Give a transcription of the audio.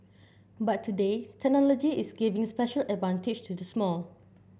but today technology is giving special advantage to the small